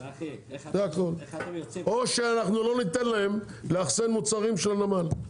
או שאנחנו לא ניתן להם לאחסן מוצרים של הנמל,